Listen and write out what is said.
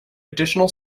additional